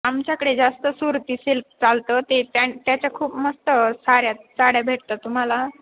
आमच्याकडे जास्त सुरती सिल्क चालतं ते त्यां त्याच्या खूप मस्त साड्या साड्या भेटतं तुम्हाला